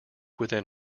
within